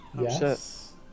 Yes